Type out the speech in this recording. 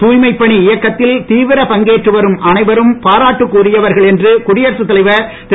தூய்மை பணி இயக்கத்தில் தீவிர பங்கேற்று வரும் அனைவரும் பாராட்டுக்குரியவர்கள் என்று குடியரசுத் தலைவர் திரு